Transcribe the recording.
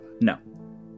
No